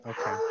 Okay